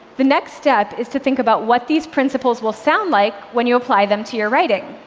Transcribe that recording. the next step is to think about what these principles will sound like when you apply them to your writing.